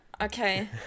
okay